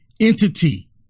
entity